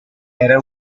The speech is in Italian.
era